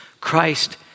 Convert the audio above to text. Christ